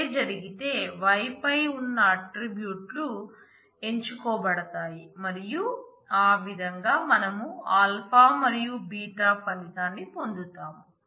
అదే జరిగితే y పై ఉన్న ఆట్రిబ్యూట్లు ఎంచుకోబడతాయి మరియు ఆ విధంగా మనం α మరియు β ఫలితాన్ని పొందుతాం